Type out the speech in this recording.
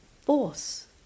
force